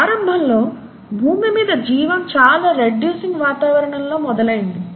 ప్రారంభంలో భూమి మీద జీవం చాలా రెడ్యూసింగ్ వాతావరణం లో మొదలయ్యింది